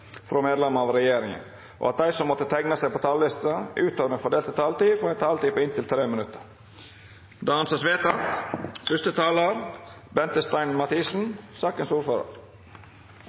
frå medlemer av regjeringa, og at dei som måtte teikna seg på talarlista utover den fordelte taletida, får ei taletid på inntil 3 minutt. – Det